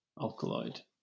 alkaloid